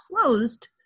closed